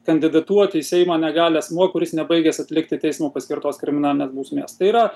kandidatuoti į seimą negali asmuo kuris nebaigęs atlikti teismo paskirtos kriminalinės bausmės tai yra